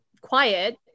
quiet